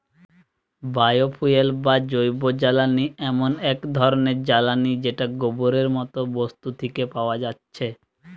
bio fuel বা জৈবজ্বালানি এমন এক ধরণের জ্বালানী যেটা গোবরের মতো বস্তু থিকে পায়া যাচ্ছে